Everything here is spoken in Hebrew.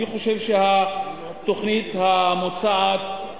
אני חושב שהתוכנית המוצעת,